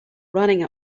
running